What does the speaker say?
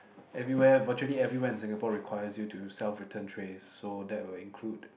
everywhere virtually everywhere in Singapore requires you to self return trays so that will include